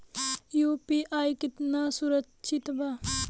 UPI कितना सुरक्षित बा?